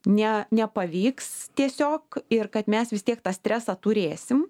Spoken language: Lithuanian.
ne nepavyks tiesiog ir kad mes vis tiek tą stresą turėsim